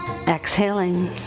exhaling